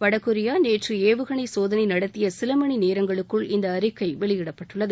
வடகொரிய நேற்று ஏவுகணை சோதனை நடத்திய சில மணி நேரங்களுக்குள் இந்த அறிக்கை வெளியிடப்பட்டுள்ளது